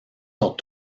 sont